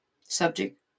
Subject